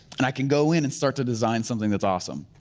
and i can go in and start to design something that's awesome.